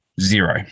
zero